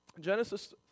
Genesis